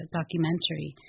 documentary